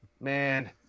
man